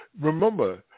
remember